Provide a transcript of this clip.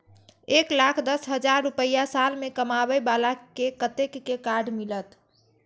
एक लाख दस हजार रुपया साल में कमाबै बाला के कतेक के कार्ड मिलत?